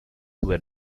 were